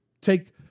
take